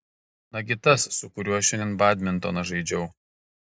nagi tas su kuriuo šiandien badmintoną žaidžiau